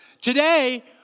Today